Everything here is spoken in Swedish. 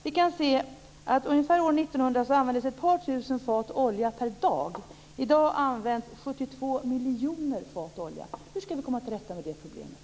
Vi kan se att omkring år 1900 användes ett par tusen fat olja per dag. I dag används 72 miljoner fat olja. Hur ska vi komma till rätta med det problemet?